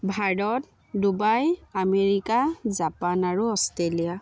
Bharat Dubai America Japan আৰু Australia